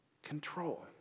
control